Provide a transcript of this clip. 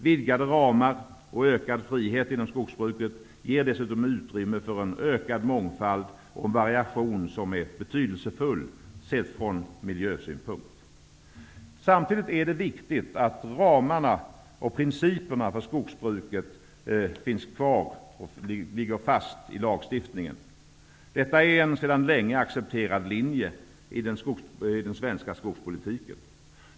Vidgade ramar och ökad frihet inom skogsbruket ger dessutom utrymme för en ökad mångfald och en variation som är betydelsefull, sett från miljösynpunkt. Samtidigt är det viktigt att ramarna och principerna för skogsbruket finns kvar och ligger fast i lagstiftningen. Detta är en sedan länge accepterad linje i den svenska skogspolitiken.